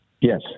Yes